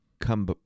come